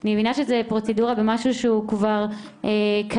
אני מבינה שזו פרוצדורה במשהו שהוא כבר קיים,